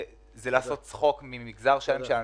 זה לעשות צחוק ממגזר שלם של אנשים.